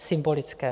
Symbolické.